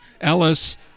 Ellis